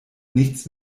nichts